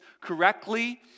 correctly